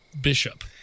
bishop